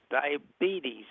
diabetes